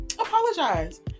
apologize